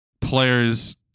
players